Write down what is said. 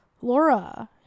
Laura